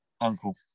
uncle